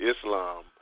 Islam